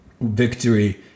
victory